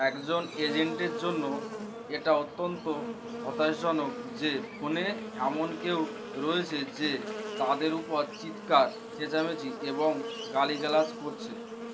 একজন এজেন্টের জন্য এটা অত্যন্ত হতাশজনক যে ফোনে এমন কেউ রয়েছে যে তাদের উপর চিৎকার চেঁচামেচি এবং গালি গালাজ করছে